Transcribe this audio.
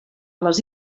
les